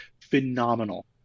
phenomenal